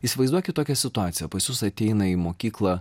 įsivaizduokit tokią situaciją pas jus ateina į mokyklą